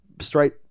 straight